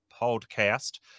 podcast